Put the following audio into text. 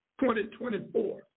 2024